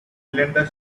cylinder